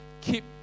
keep